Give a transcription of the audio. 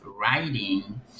writing